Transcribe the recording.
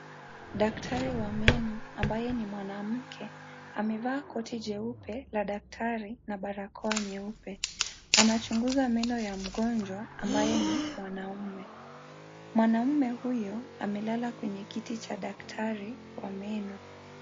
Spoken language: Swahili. Daktari wa meno ambaye ni mwanamke amevaa koti jeupe la daktari na barakoa nyeupe. Anachunguza meno ya mgonjwa ambaye ni mwanamme. Mwanaume huyu amelala kwenye kiti cha daktari wa meno.